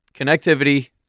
Connectivity